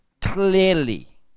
Clearly